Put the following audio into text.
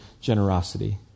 generosity